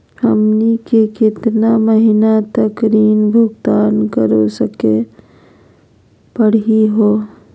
हमनी के केतना महीनों तक ऋण भुगतान करेला परही हो?